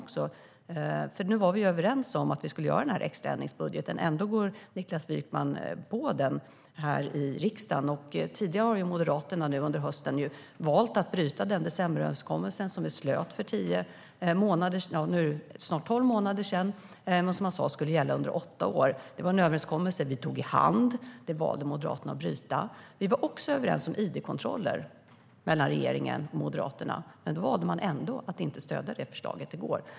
Nu var vi nämligen överens om att vi skulle göra den här extra ändringsbudgeten, och ändå går Niklas Wykman på den här i riksdagen. Moderaterna har tidigare under hösten valt att bryta Decemberöverenskommelsen, som vi slöt för snart tolv månader sedan och som sas skulle gälla under åtta år. Det var en överenskommelse - vi tog i hand - men Moderaterna valde att bryta den. Regeringen och Moderaterna var också överens om id-kontroller, men man valde ändå att inte stödja det förslaget i går.